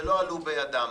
שלא עלו בידם.